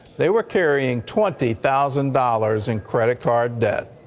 they were carrying twenty thousand dollars in credit card debt.